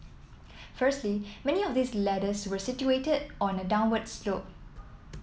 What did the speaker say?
firstly many of these ladders were situated on a downward slope